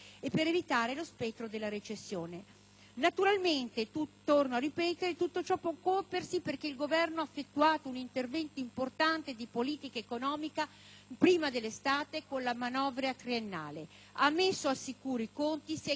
Naturalmente - torno a ripetere - tutto ciò può compiersi perché il Governo ha effettuato un intervento importante di politica economica prima dell'estate con la manovra triennale: ha messo al sicuro i conti e si è garantito una credibilità internazionale